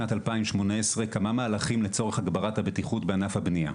משנת 2018 כמה מהלכים לצורך הגברת הבטיחות בענף הבנייה.